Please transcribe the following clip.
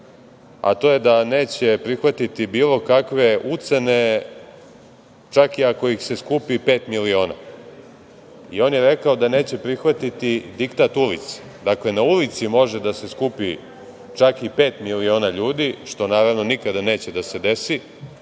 a to je da neće prihvatiti bilo kakve ucene, čak i ako ih se skupi pet miliona. On je rekao da neće prihvatiti diktat ulice. Dakle, na ulici može da se skupi čak i pet miliona ljudi, što naravno nikada neće da se desi,